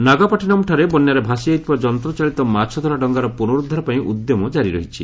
ନାଗାପାଟିନମ୍ଠାରେ ବନ୍ୟାରେ ଭାସିଯାଇଥିବା ଯନ୍ତଚାଳିତ ମାଛଧରା ଡଙ୍ଗାର ପୁନରୁଦ୍ଧାର ପାଇଁ ଉଦ୍ୟମ ଜାରି ରହିଛି